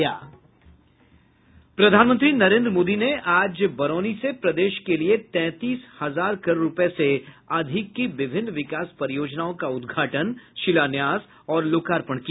प्रधानमंत्री नरेन्द्र मोदी ने आज बरौनी से प्रदेश के लिए तैंतीस हजार करोड़ रूपये से अधिक की विभिन्न विकास परियोजनाओं का उद्घाटन शिलान्यास और लोकार्पण किया